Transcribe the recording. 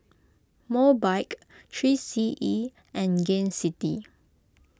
Mobike three C E and Gain City